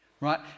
Right